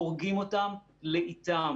הורגים אותם לאיטם.